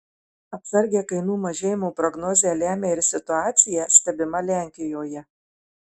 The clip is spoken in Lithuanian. atsargią kainų mažėjimo prognozę lemia ir situacija stebima lenkijoje